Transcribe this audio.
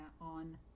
on